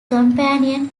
companion